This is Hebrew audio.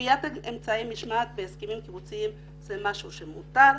קביעת אמצעי משמעת בתוך הסכמים קיבוציים זה משהו שהוא מותר.